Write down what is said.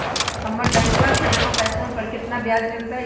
हम्मरा बैंकवा में जमा पैसवन पर कितना ब्याज मिलतय?